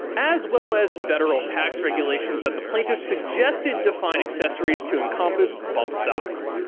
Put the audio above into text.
as well as federal tax regulations that the plaintiffs suggested define accessories to encompass bump stocks.